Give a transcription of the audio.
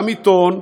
גם עיתון,